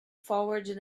forward